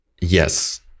yes